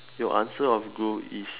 your answer of glue is